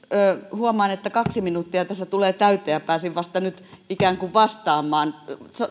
huomaan että kaksi minuuttia tässä tulee täyteen ja pääsin nyt vasta ikään kuin vastaamaan